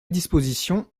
disposition